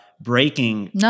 breaking